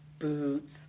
boots